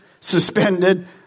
suspended